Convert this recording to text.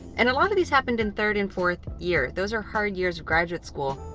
and a lot of these happened in third and fourth year. those are hard years of graduate school.